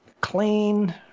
clean